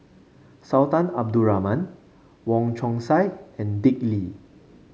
Sultan Abdul Rahman Wong Chong Sai and Dick Lee